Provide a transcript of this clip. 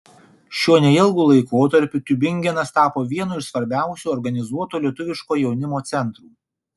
šiuo neilgu laikotarpiu tiubingenas tapo vienu iš svarbiausių organizuoto lietuviško jaunimo centrų